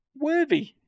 Worthy